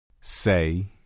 Say